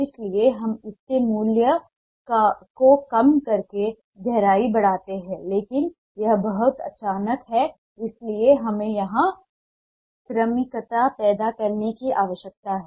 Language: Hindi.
इसलिए हम इसके मूल्य को कम करके गहराई बढ़ाते हैं लेकिन यह बहुत अचानक है इसलिए हमें यहां क्रमिकता पैदा करने की आवश्यकता है